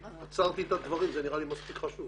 אז עצרתי את הדברים כי זה נראה לי מספיק חשוב.